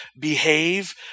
behave